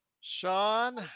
Sean